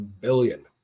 Billion